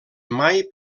mai